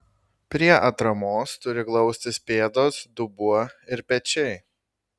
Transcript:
prie atramos turi glaustis pėdos dubuo ir pečiai